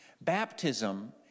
Baptism